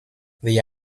the